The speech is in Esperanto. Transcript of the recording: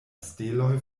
steloj